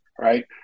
right